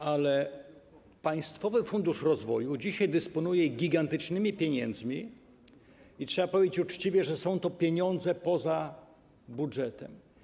Ale Polski Fundusz Rozwoju dzisiaj dysponuje gigantycznymi pieniędzmi i trzeba powiedzieć uczciwie, że są to pieniądze poza budżetem.